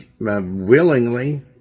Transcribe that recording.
willingly